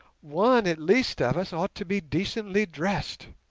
one at least of us ought to be decently dressed